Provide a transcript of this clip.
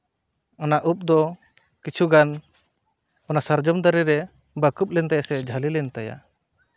ᱚᱱᱟ ᱩᱵ ᱫᱚ ᱠᱤᱪᱷᱩ ᱜᱟᱱ ᱚᱱᱟ ᱥᱟᱨᱡᱚᱢ ᱫᱟᱨᱮ ᱨᱮ ᱵᱟᱹᱠᱩᱵ ᱞᱮᱱ ᱛᱟᱭᱟ ᱥᱮ ᱡᱷᱟᱹᱞᱤ ᱞᱮᱱ ᱛᱟᱭᱟ